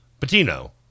Patino